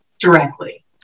directly